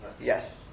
Yes